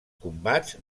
combats